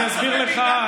אני אסביר לך,